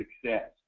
success